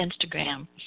Instagram